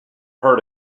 heard